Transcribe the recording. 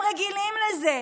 הרי אתם רגילים לזה,